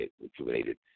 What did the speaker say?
rejuvenated